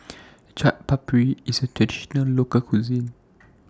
Chaat Papri IS A Traditional Local Cuisine